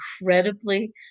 incredibly